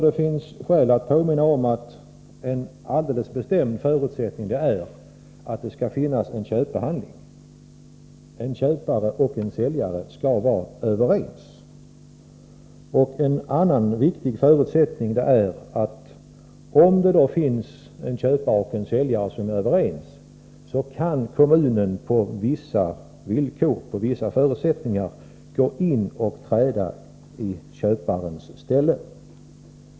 Det finns skäl att påminna om att en alldeles bestämd förutsättning är att det skall finnas en köpehandling. En köpare och en säljare skall vara överens. En annan viktig förutsättning är att kommunen, om det finns en köpare och säljare som är överens, under vissa förhållanden kan gå in och träda i köparens ställe.